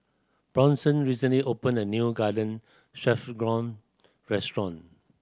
Bronson recently opened a new Garden Stroganoff restaurant